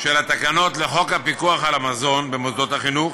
של התקנות לחוק הפיקוח על המזון במוסדות החינוך,